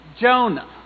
Jonah